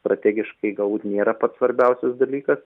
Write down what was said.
strategiškai galbūt nėra pats svarbiausias dalykas